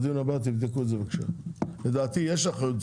יש תוכנה,